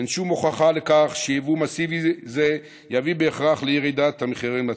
אין שום הוכחה לכך שייבוא מסיבי זה יביא בהכרח לירידת המחירים לצרכן.